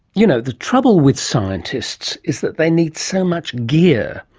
you know the trouble with scientists is that they need so much gear.